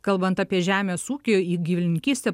kalbant apie žemės ūkį į gyvulininkystę